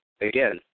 again